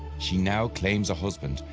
she now claims a husband,